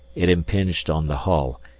it impinged on the hull,